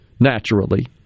Naturally